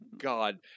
God